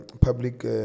public